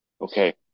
Okay